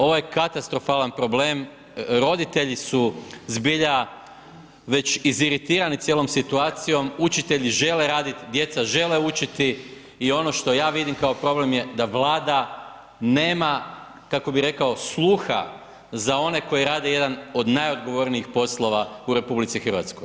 Ovo je katastrofalan problem, roditelji su zbilja već iziritirani cijelom situacijom, učitelji žele raditi, djeca žele učiti i ono što ja vidi kao problem je da Vlada nema kako bi rekao sluha za one koji rade jedan od najodgovornijih poslova u RH.